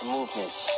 Movement